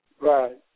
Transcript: Right